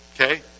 Okay